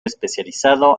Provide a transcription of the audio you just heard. especializado